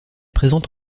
présente